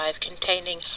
containing